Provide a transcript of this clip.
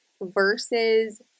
versus